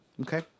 okay